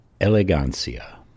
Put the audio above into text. Elegancia